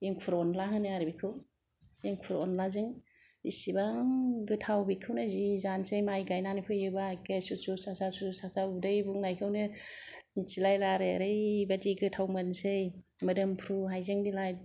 एंखुर अनला होनो आरो बेखौ एंखुर अनलाजों इसिबां गोथाव बेखौनो जि जानोसै माइ गाइनानै फोयोबा सुफसुफ साफसाफ उदै बुंनायखौनो मिन्थिलायला आरो ओरैबायदि गोथाव मोनसै मोदोमफ्रु हाइजें बिलाइ